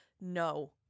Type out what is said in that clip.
No